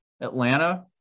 Atlanta